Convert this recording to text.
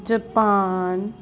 Japan